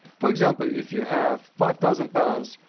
for example, if you have five thousand pounds,